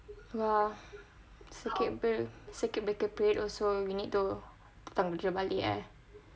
!wah! circuit period circuit breaker period also you need to datang kerja balik eh